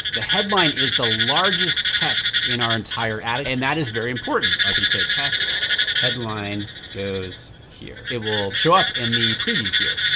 the headline is the largest text in our entire ad and that is very important. i can say, test headline goes here. it will show up in the preview here.